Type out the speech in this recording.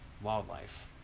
wildlife